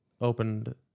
opened